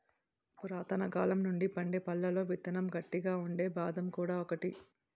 పురాతనకాలం నుండి పండే పళ్లలో విత్తనం గట్టిగా ఉండే బాదం కూడా ఒకటి